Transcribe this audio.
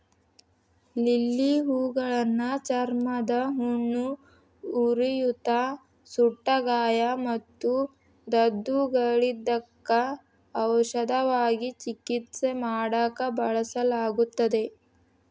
lily ಹೂಗಳನ್ನ ಚರ್ಮದ ಹುಣ್ಣು, ಉರಿಯೂತ, ಸುಟ್ಟಗಾಯ ಮತ್ತು ದದ್ದುಗಳಿದ್ದಕ್ಕ ಔಷಧವಾಗಿ ಚಿಕಿತ್ಸೆ ಮಾಡಾಕ ಬಳಸಲಾಗುತ್ತದೆ